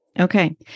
Okay